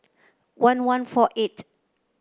one one four eight